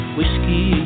Whiskey